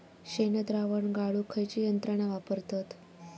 शेणद्रावण गाळूक खयची यंत्रणा वापरतत?